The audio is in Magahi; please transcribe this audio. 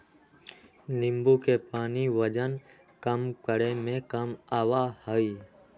नींबू के पानी वजन कम करे में काम आवा हई